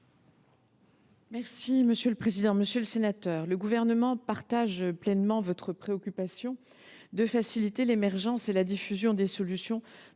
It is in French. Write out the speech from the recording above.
la ministre. Monsieur le sénateur, le Gouvernement partage pleinement votre préoccupation de faciliter l’émergence et la diffusion des solutions